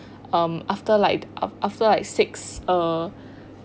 um after like after like six uh